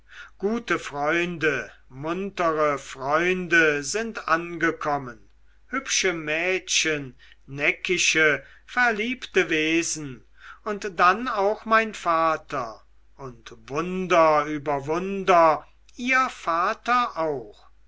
gute freunde muntere freunde sind angekommen hübsche mädchen neckische verliebte wesen und dann auch mein vater und wunder über wunder ihr vater auch